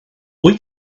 wyt